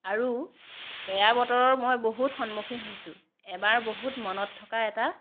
আৰু বেয়া বতৰৰ মই বহুত সন্মুখীন হৈছোঁ এবাৰ বহুত মনত থকা এটা